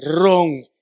Wrong